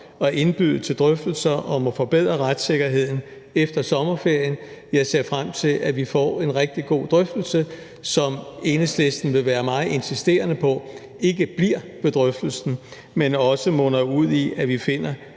at indbyde til drøftelser om at forbedre retssikkerheden efter sommerferien. Jeg ser frem til, at vi får en rigtig god drøftelse, som Enhedslisten vil være meget insisterende på ikke bliver ved drøftelsen, men også munder ud i, at vi finder